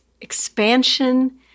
expansion